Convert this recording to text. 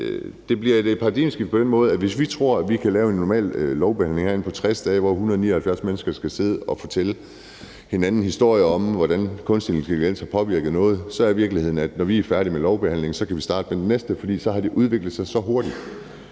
det bliver et paradigmeskifte på den måde, at hvis vi tror, at vi kan lave en normal lovbehandling herinde på 60 dage, hvor 179 mennesker skal sidde og fortælle hinanden historier om, hvordan kunstig intelligens har påvirket noget, så er virkeligheden den, at når vi er færdige med lovbehandlingen, kan vi starte med den næste, for så hurtigt har det udviklet sig. Så jeg